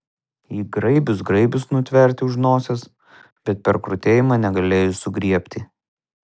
ji graibius graibius nutverti už nosies bet per krutėjimą negalėjus sugriebti